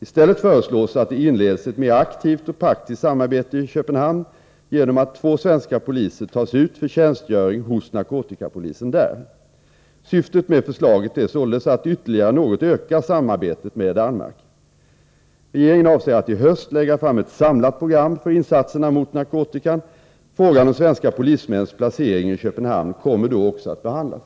I stället föreslås att det inleds ett mer aktivt och praktiskt samarbete i Köpenhamn genom att två svenska poliser tas ut för tjänstgöring hos narkotikapolisen där. Syftet med förslaget är således att ytterligare något öka samarbetet med Danmark. Regeringen avser att i höst lägga fram ett samlat program för insatserna mot-narkotikan. Frågan om svenska polismäns placering i Köpenhamn kommer då också att behandlas.